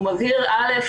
הוא מבהיר א.